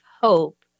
hope